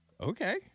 Okay